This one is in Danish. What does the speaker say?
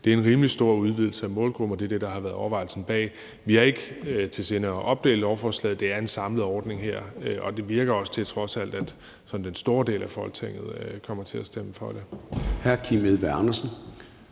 det er en rimelig stor udvidelse af målgruppen, og det er det, der har været overvejelsen bag det. Vi har ikke i sinde at opdele lovforslaget, for det drejer sig her om en samlet ordning, og det virker trods alt også til, at sådan den store del af Folketinget kommer til at stemme for det. Kl. 10:52 Formanden